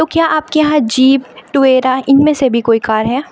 تو کیا آپ کے یہاں جیپ ٹویرا ان میں سے بھی کوئی کار ہے